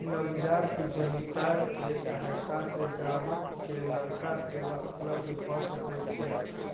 नवजात उद्यमिता के सहायता सॅ ग्राहक के नबका सेवा उपलब्ध भ सकै छै